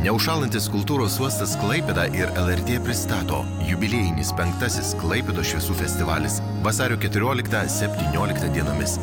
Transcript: neužšąlantis kultūros uostas klaipėda ir lrt pristato jubiliejinis penktasis klaipėdos šviesų festivalis vasario keturioliktą septynioliktą dienomis